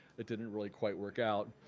it didn't really quite work out.